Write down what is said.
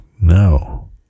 no